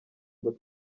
ngo